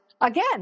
again